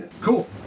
Cool